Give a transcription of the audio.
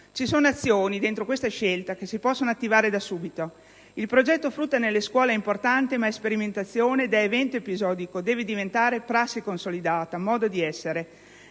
Ci sono azioni dentro questa scelta che si possono attivare da subito. Il progetto frutta nelle scuole è importante ma è sperimentazione: da evento episodico deve diventare prassi consolidata, modo di essere.